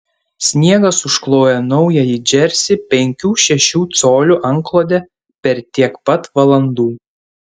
sniegas užkloja naująjį džersį penkių šešių colių antklode per tiek pat valandų